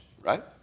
right